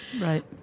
Right